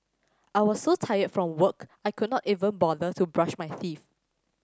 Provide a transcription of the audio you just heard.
I was so tired from work I could not even bother to brush my teeth